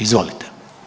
Izvolite.